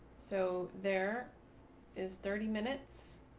so there is thirty minutes.